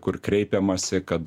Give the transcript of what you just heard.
kur kreipiamasi kad